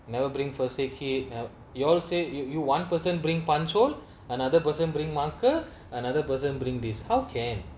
never bring first aid kid you all say you you one person bring punch hole another person bring marker another person bring this how can